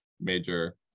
major